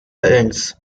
ends